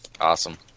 Awesome